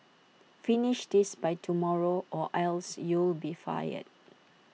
finish this by tomorrow or else you'll be fired